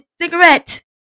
cigarette